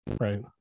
Right